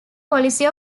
policy